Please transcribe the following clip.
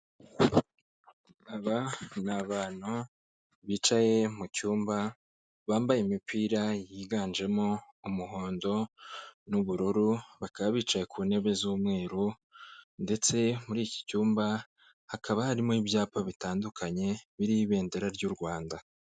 Aba n'abantu bicaye mu cyumba bambaye imipira yiganjemo umuhondo n'ubururu, bakaba bicaye ku ntebe z'umweru ndetse muri iki cyumba hakaba harimo ibyapa bitandukanye biriho ibendera ry'u Rwanda.